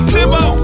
Timbo